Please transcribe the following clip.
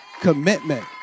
commitment